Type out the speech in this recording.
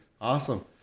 Awesome